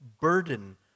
burden